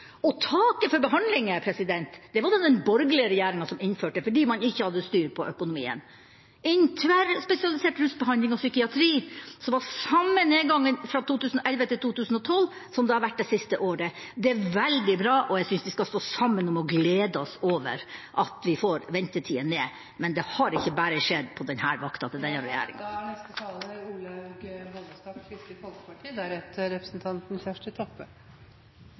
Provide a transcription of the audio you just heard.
Og taket for behandling var det den borgerlige regjeringa som innførte, fordi man ikke hadde styr på økonomien. En tverrspesialisert rusbehandling og psykiatri som har samme nedgang i ventetider fra 2011 til 2012 som det har vært det siste året, er veldig bra, og jeg synes vi skal stå sammen om å glede oss over at vi får ventetidene ned. Men det har ikke bare skjedd på vakta til denne regjeringa. Representanten Grung var opptatt av kvalitetsindikatorer i behandlingen, og det er Kristelig Folkeparti